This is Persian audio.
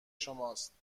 شماست